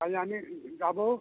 তাহলে আমি যাবো